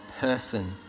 person